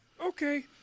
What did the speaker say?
Okay